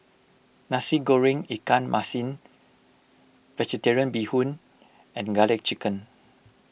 Nasi Goreng Ikan Masin Vegetarian Bee Hoon and Garlic Chicken